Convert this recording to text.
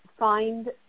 find